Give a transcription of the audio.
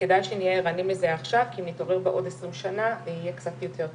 וגידול חודרני ירד ב- 10% בשעה